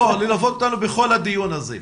אני רוצה לשאול את השאלה שמלווה אותנו בכל הדיון הזה.